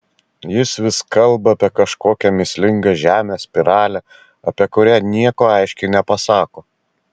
jis vis kalba apie kažkokią mįslingą žemės spiralę apie kurią nieko aiškiai nepasako